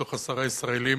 אחד מתוך עשרה ישראלים,